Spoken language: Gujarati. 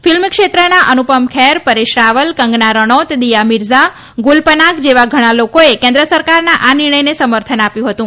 ફિલ્મ ક્ષેત્રના અનુપમ ખેર પરેશ રાવલ કંગના રનૌત દિયા મીરઝા ગુલ પનાગ જેવા ઘણા લોકોએ કેન્દ્ર સરકારના આ નિર્ણયને સમર્થન આપ્યું હતું